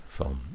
van